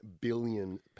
Billion